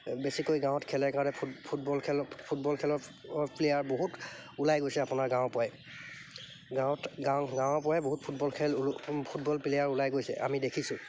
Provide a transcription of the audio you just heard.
বেছিকৈ গাঁৱত খেলে কাৰণে ফুট ফুটবল খেল ফুটবল খেলৰ প্লেয়াৰ বহুত ওলাই গৈছে আপোনাৰ গাঁৱৰ পৰাই গাঁৱত গাঁৱৰ গাঁৱৰ পৰাই বহুত ফুটবল খেল ফুটবল প্লেয়াৰ ওলাই গৈছে আমি দেখিছোঁ